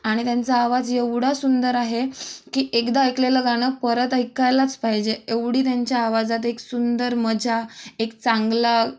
आणि त्यांचा आवाज एवढा सुंदर आहे की एकदा ऐकलेलं गाणं परत ऐकायलाच पाहिजे एवढी त्यांच्या आवाजात एक सुंदर मजा एक चांगला